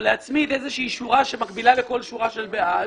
או להצמיד שורה שמקבילה לכל שורה של בעד